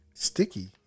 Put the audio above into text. Sticky